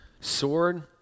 sword